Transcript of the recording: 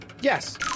Yes